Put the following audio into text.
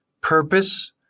purpose